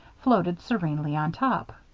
floated serenely on top.